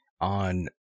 on